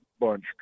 bunch